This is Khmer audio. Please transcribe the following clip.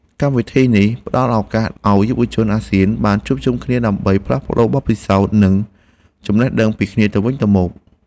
កម្មវិធីនេះផ្តល់ឱកាសឱ្យយុវជនអាស៊ានបានជួបជុំគ្នាដើម្បីផ្លាស់ប្តូរបទពិសោធន៍និងចំណេះដឹងពីគ្នាទៅវិញទៅមក។